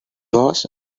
was